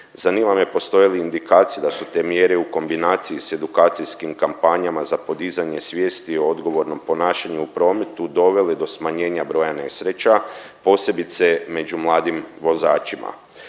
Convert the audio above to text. Zanima me postoje li indikacije da su te mjere u kombinaciji s edukacijskim kampanjama za podizanje svijesti o odgovornom ponašanju u prometu dovele do smanjenja broja nesreća posebice među mladim vozačima.